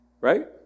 Right